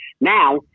Now